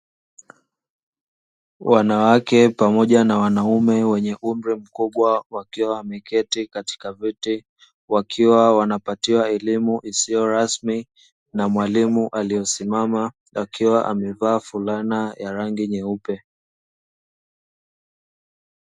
Wanawake pamoja na wanaume wenye umri mkubwa, wakiwa wameketi katika viti, wakiwa wanapatiwa elimu isiyo rasmi na mwalimu aliyesimama akiwa amevaa fulana ya rangi nyeupe.